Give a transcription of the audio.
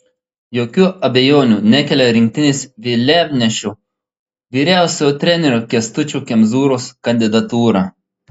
jokių abejonių nekelia rinktinės vėliavnešio vyriausiojo trenerio kęstučio kemzūros kandidatūra